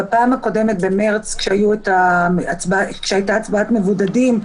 בפעם הקודמת במרס, כשהייתה הצבעת מבודדים,